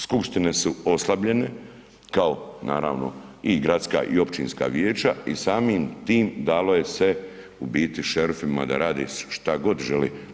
Skupštine su oslabljene kao naravno i gradska i općinska vijeća i samim tim dalo je se u biti šerifima da rade šta god žele.